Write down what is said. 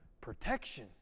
protection